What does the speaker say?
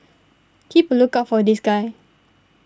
keep a lookout for this guy